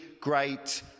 great